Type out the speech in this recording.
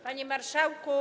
Panie Marszałku!